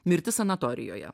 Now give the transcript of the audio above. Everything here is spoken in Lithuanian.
mirtis sanatorijoje